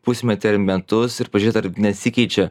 pusmetį ar metus ir pažiūrėt ar nesikeičia